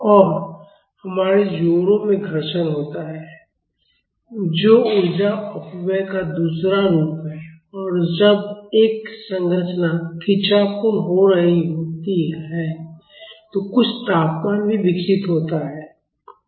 और हमारे जोड़ों में घर्षण होता है जो ऊर्जा अपव्यय का दूसरा रूप है और जब एक संरचना खिंचावपूर्ण हो रही होती है तो कुछ तापमान भी विकसित होता है